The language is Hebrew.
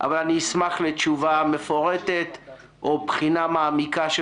אבל אני אשמח לתשובה מפורטת או לבחינה מעמיקה של